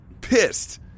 pissed